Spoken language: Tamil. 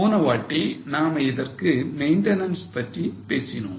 போனவாட்டி நாம இதற்கு maintenance பற்றி பேசினோம்